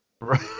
right